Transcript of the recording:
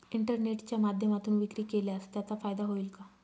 इंटरनेटच्या माध्यमातून विक्री केल्यास त्याचा फायदा होईल का?